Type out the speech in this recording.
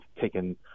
taken